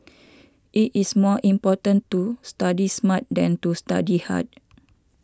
it is more important to study smart than to study hard